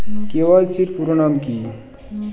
KYC এর পুরোনাম কী?